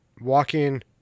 walking